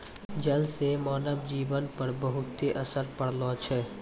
जल से मानव जीवन पर बहुते असर पड़लो छै